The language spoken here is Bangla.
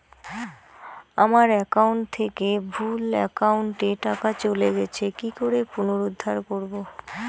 আমার একাউন্ট থেকে ভুল একাউন্টে টাকা চলে গেছে কি করে পুনরুদ্ধার করবো?